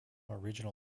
original